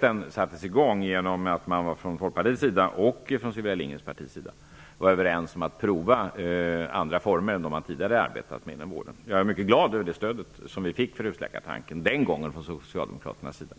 där -- sattes i gång genom att Folkpartiet och Sylvia Lindgrens parti var överens om att prova andra former än de som man tidigare hade arbetat med inom vården. Jag är mycket glad över det stöd för husläkartanken som vi den gången fick från Socialdemokraternas sida.